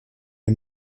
der